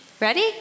ready